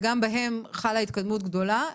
וגם בהן חלה התקדמות גדולה.